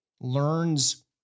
learns